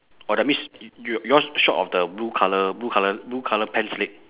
orh that means you~ yours short of the blue colour blue colour blue colour pants leg